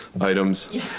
items